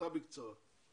אתה בקצרה.